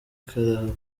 karahava